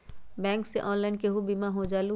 Bank से online केहु बिमा हो जाईलु?